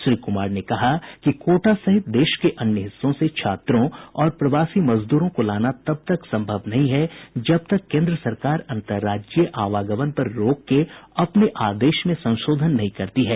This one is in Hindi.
श्री कुमार ने कहा कि कोटा सहित देश के अन्य हिस्सों से छात्रों और प्रवासी मजदूरों को लाना तब तक संभव नहीं है जब तक केन्द्र सरकार अंतर्राज्यीय आवागमन पर रोक के अपने आदेश में संशोधन नहीं करती है